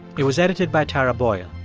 it was edited by tara boyle.